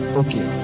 okay